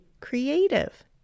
creative